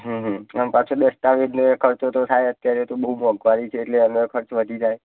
અને પાછો દસ્તાવેજ ને એ ખર્ચો તો થાય જ અત્યારે તો બહું મોંઘવારી છે એટલે એમાંય ખર્ચ વધી જાય